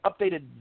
updated